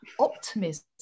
optimism